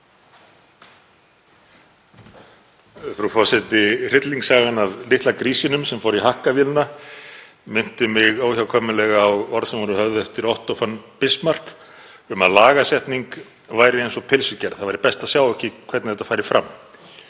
Frú forseti. Hryllingssagan um litla grísinn sem fór í hakkavél minnti mig óhjákvæmilega á orð sem voru höfð eftir Otto von Bismarck um að lagasetning væri eins og pylsugerð, það væri best að sjá ekki hvernig þetta færi fram.